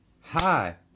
Hi